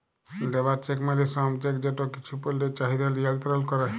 labour check মালে শ্রম check যেট কিছু পল্যের চাহিদা লিয়লত্রল ক্যরে